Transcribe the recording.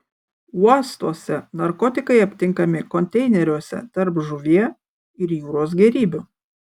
uostuose narkotikai aptinkami konteineriuose tarp žuvie ir jūros gėrybių